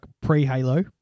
pre-Halo